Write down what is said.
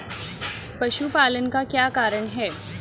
पशुपालन का क्या कारण है?